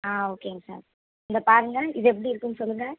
ஆ ஓகேங்க சார் இதை பாருங்கள் இது எப்படி இருக்குதுன்னு சொல்லுங்கள்